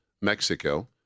Mexico